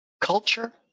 culture